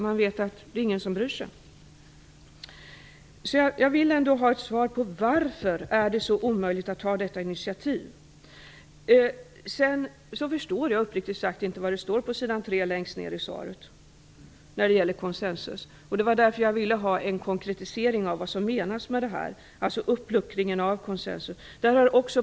Man vet att ingen bryr sig om dem. Jag vill alltså ha ett svar på frågan varför det är så omöjligt att ta detta initiativ. Jag förstår uppriktigt sagt inte vad det står på sidan 3 längst ned i svaret när det gäller konsensus. Det var därför jag ville ha en konkretisering av vad som menas med uppluckringen av konsensus.